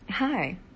Hi